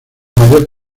mayor